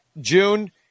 June